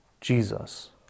Jesus